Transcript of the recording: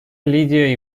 лидия